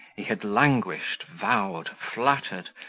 he had languished, vowed, flattered,